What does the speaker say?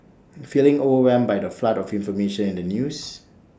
feeling overwhelmed by the flood of information in the news